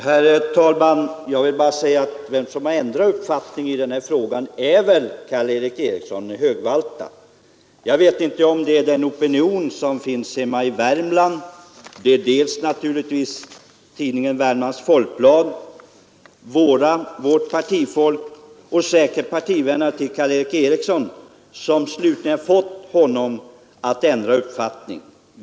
Herr talman! Den som har ändrat uppfattning i denna fråga är Karl Erik Eriksson i Högvalta. Jag vet inte om det är opinionen hemma i Värmland, tidningen Värmlands Folkblad, vårt partifolk eller herr Erikssons partivänner som slutligen fått honom att ändra uppfattning.